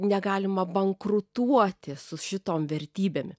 negalima bankrutuoti su šitom vertybėm